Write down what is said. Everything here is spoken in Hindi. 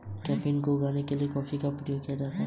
औसत उपयोगिता क्या है?